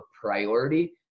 priority